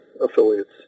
affiliates